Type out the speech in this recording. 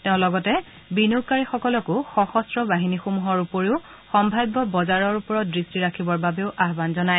তেওঁ লগতে বিনিয়োগকাৰী সকলকো সশন্ত্ৰ বাহিনীসমূহৰ উপৰিও সম্ভাব্য বজাৰৰ ওপৰত দৃষ্টি ৰাখিবৰ বাবেও আহ্বান জনায়